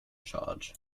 charge